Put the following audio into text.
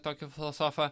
tokį filosofą